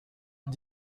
dix